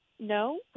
No